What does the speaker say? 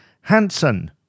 hansen